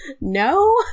no